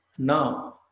Now